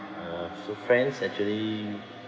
uh so friends actually